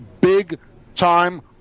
big-time